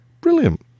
Brilliant